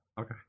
okay